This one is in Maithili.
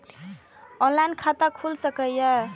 ऑनलाईन खाता खुल सके ये?